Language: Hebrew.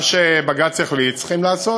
מה שבג"ץ החליט, צריכים לעשות.